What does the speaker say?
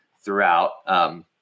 throughout